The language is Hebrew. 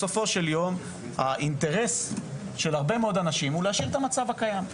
בסופו של דבר האינטרס של הרבה מאוד אנשים הוא להשאיר את המצב הקיים.